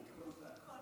כבוד היושב-ראש,